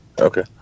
okay